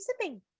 sipping